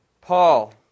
Paul